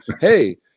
hey